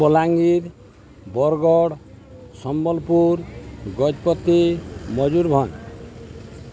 Balangir Bargarh Sambalpur Gajapati Mayurbhanj